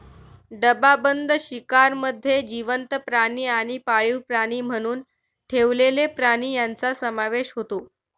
डबाबंद शिकारमध्ये जिवंत प्राणी आणि पाळीव प्राणी म्हणून ठेवलेले प्राणी यांचा समावेश होतो